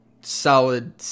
solid